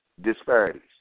disparities